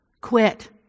quit